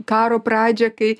karo pradžią kai